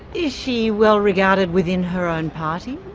is she well regarded within her own party?